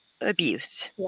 abuse